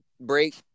break